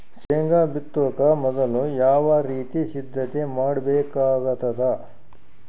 ಶೇಂಗಾ ಬಿತ್ತೊಕ ಮೊದಲು ಯಾವ ರೀತಿ ಸಿದ್ಧತೆ ಮಾಡ್ಬೇಕಾಗತದ?